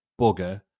bugger